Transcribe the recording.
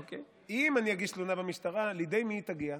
אם אני אגיש תלונה במשטרה, לידי מי היא תגיע?